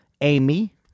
Amy